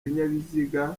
binyabiziga